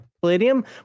Palladium